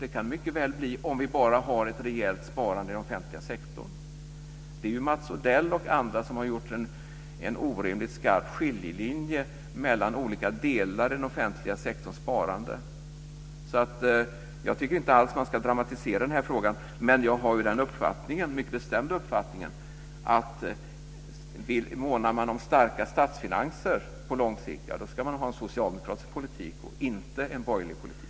Det kan det mycket väl bli om vi bara har ett rejält sparande i den offentliga sektorn. Det är ju Mats Odell och andra som har dragit en orimligt skarp skiljelinje mellan olika delar i den offentliga sektorns sparande. Jag tycker inte alls att man ska dramatisera den här frågan. Men jag har den mycket bestämda uppfattningen att om man månar om starka statsfinanser på lång sikt, då ska man ha en socialdemokratisk politik och inte en borgerlig politik.